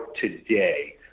today